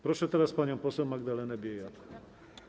Proszę teraz panią poseł Magdalenę Biejat.